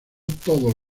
todos